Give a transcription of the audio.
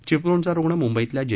चिपळूणचा रुग्ण मुंबईतल्या जे